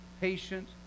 patient